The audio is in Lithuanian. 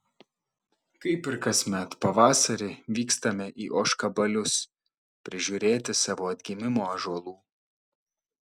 kaip ir kasmet pavasarį vykstame į ožkabalius prižiūrėti savo atgimimo ąžuolų